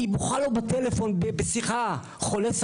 היא בכתה לו בשיחת טלפון.